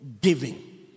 giving